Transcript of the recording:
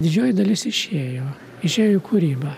didžioji dalis išėjo išėjo į kūrybą